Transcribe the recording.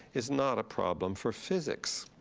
is not a problem for physics.